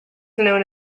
known